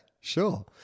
sure